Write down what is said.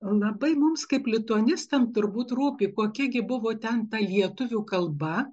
labai mums kaip lituanistam turbūt rūpi kokia gi buvo ten lietuvių kalba